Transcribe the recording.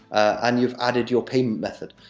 and you've added your payment method.